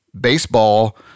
baseball